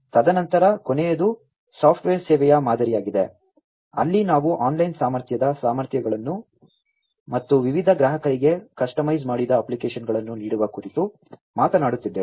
ತದನಂತರ ಕೊನೆಯದು ಸಾಫ್ಟ್ವೇರ್ ಸೇವೆಯ ಮಾದರಿಯಾಗಿದೆ ಅಲ್ಲಿ ನಾವು ಆನ್ಲೈನ್ ಸಾಮರ್ಥ್ಯದ ಸಾಮರ್ಥ್ಯಗಳನ್ನು ಮತ್ತು ವಿವಿಧ ಗ್ರಾಹಕರಿಗೆ ಕಸ್ಟಮೈಸ್ ಮಾಡಿದ ಅಪ್ಲಿಕೇಶನ್ಗಳನ್ನು ನೀಡುವ ಕುರಿತು ಮಾತನಾಡುತ್ತಿದ್ದೇವೆ